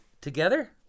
Together